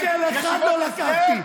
שקל אחד לא לקחתי.